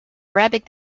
arabic